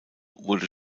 wurde